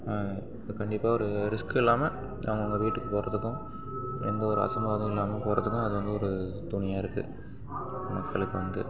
இப்போ கண்டிப்பாக ஒரு ரிஸ்க்கில்லாமல் அவுங்கவங்க வீட்டுக்கு போகிறதுக்கும் எந்த ஒரு அசம்பாவிதமும் இல்லாமல் போகிறதுக்கும் அது வந்து ஒரு துணையாக இருக்குது மக்களுக்கு வந்து